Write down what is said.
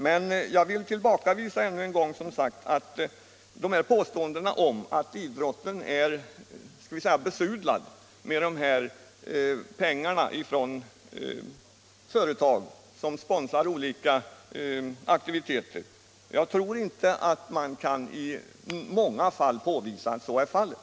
Men jag vill som sagt ännu en gång tillbakavisa påståendena att idrotten så att säga är besudlad med pengar från företag som sponsrar olika aktiviteter. Jag tror inte att man i många fall kan påvisa att så är fallet.